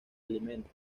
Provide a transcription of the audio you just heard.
alimento